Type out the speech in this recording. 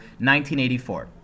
1984